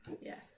yes